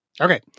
Okay